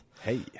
Hey